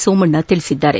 ಸೋಮಣ್ಣ ತಿಳಿಸಿದ್ದಾರೆ